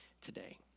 today